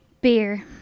Beer